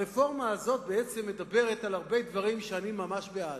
הרפורמה הזאת בעצם מדברת על הרבה דברים שאני ממש בעדם,